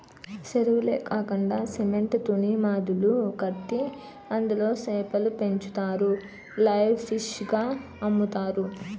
సెరువులే కాకండా సిమెంట్ తూనీమడులు కట్టి అందులో సేపలు పెంచుతారు లైవ్ ఫిష్ గ అమ్ముతారు